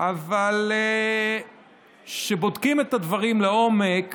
אבל כשבודקים את הדברים לעומק